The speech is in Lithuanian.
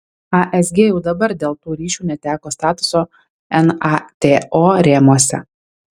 asg jau dabar dėl tų ryšių neteko statuso nato rėmuose